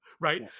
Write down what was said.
right